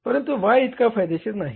परंतु Y इतका फायदेशीर नाही